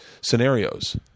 scenarios